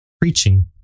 preaching